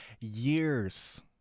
years